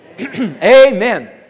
Amen